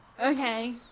okay